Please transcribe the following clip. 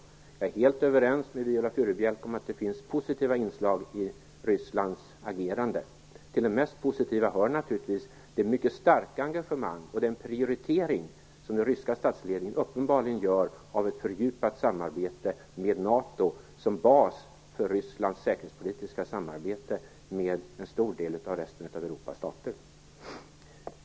Jag är helt överens med Viola Furubjelke om att det finns positiva inslag i Rysslands agerande. Till de mest positiva hör naturligtvis det mycket starka engagemang och den prioritering som den ryska statsledningen uppenbarligen gör av ett fördjupat samarbete med NATO som bas för Rysslands säkerhetspolitiska samarbete med en stor del av Europas stater.